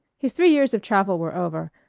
his three years of travel were over.